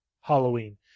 Halloween